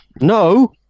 No